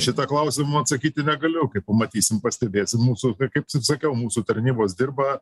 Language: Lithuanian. šitą klausimą atsakyti negaliu kaip pamatysim pastebėsim mūsų kaip ir sakiau mūsų tarnybos dirba